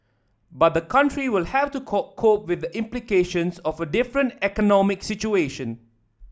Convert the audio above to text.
but the country will have to cope cope with the implications of a different economic situation